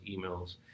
emails